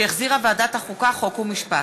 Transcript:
שהחזירה ועדת החוקה, חוק ומשפט.